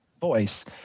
voice